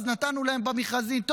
אז נתנו להם במכרזים,